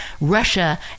Russia